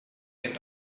and